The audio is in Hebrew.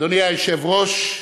אדוני היושב-ראש,